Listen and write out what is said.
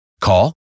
Call